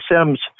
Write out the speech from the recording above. Sim's